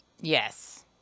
Yes